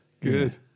good